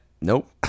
Nope